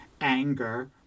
anger